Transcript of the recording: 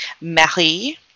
Marie